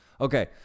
okay